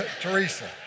Teresa